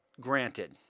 granted